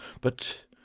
but